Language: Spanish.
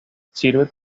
sirve